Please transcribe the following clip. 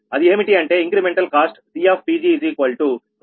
అది ఏమిటి అంటే ఇంక్రెమెంటల్ కాస్ట్ CPg222